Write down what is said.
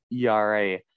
era